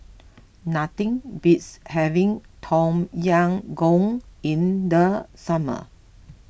nothing beats having Tom Yam Goong in the summer